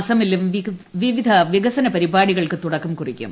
അസ്റ്റമിലും വിവിധ വികസന പരിപാടികൾക്ക് തുടക്കം കുറിക്കും